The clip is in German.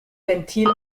ventil